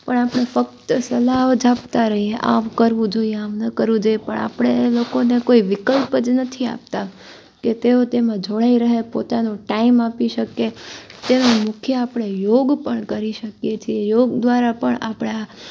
પણ આપણે ફક્ત સલાહો જ આપતા રહીએ આમ કરવું જોઈએ આમ ન કરવું જોઈએ પણ આપણે એ લોકોને કોઈ વિકલ્પ જ નથી આપતા કે તેઓ તેમાં જોડાઇ રહે પોતાનો ટાઈમ આપી શકે તે મુખ્ય આપણે યોગ પણ કરી શકીએ છીએ યોગ દ્વારા પણ આપણાં